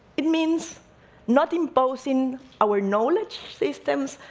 it means not imposing our knowledge systems,